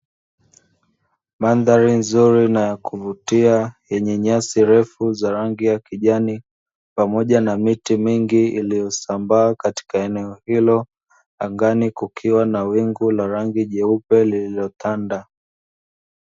Mandhari nzuri na ya kuvutia yenye nyasi ndefu za rangi ya kijani pamoja na miti mingi iliyosambaa katika eneo hilo, angani kukiwa na wingu la rangi jeupe lililotanda.